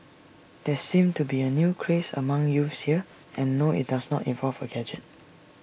there seems to be A new craze among youths here and no IT does not involve A gadget